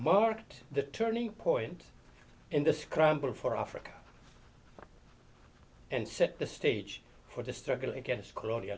marked the turning point in the scramble for africa and set the stage for the struggle against claudi